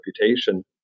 reputation